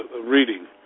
reading